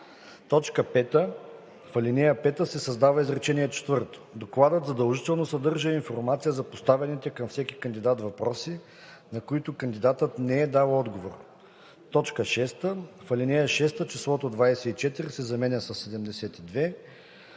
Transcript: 5. В ал. 5 се създава изречение четвърто: „Докладът задължително съдържа и информация за поставените към всеки кандидат въпроси, на които кандидатът не е дал отговор.“ 6. В ал. 6 числото „24“ се заменя със